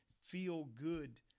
feel-good